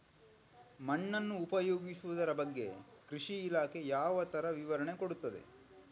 ಮಣ್ಣನ್ನು ಉಪಯೋಗಿಸುದರ ಬಗ್ಗೆ ಕೃಷಿ ಇಲಾಖೆ ಯಾವ ತರ ವಿವರಣೆ ಕೊಡುತ್ತದೆ?